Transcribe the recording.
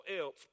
else